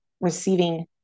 receiving